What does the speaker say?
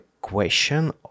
question